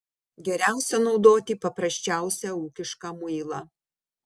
geriausia naudoti paprasčiausią ūkišką muilą